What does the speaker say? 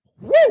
woo